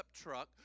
truck